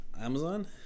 Amazon